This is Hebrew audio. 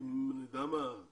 עם למשל